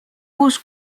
uus